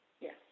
Yes